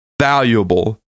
valuable